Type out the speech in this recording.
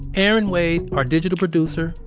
erin wade, our digital producer.